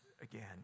again